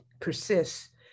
persists